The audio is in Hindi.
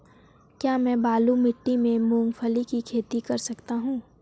क्या मैं बालू मिट्टी में मूंगफली की खेती कर सकता हूँ?